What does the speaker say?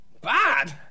Bad